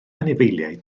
anifeiliaid